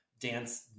dance